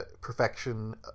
perfection